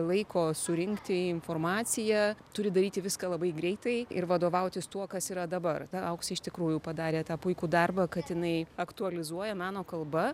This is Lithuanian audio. laiko surinkti informaciją turi daryti viską labai greitai ir vadovautis tuo kas yra dabar ta auksė iš tikrųjų padarė tą puikų darbą kad jinai aktualizuoja meno kalba